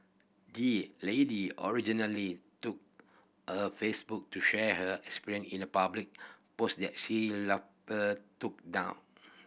the lady originally took a Facebook to share her experience in a public post that she took down